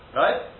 right